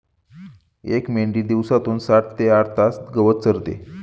एक मेंढी दिवसातून सात ते आठ तास गवत चरते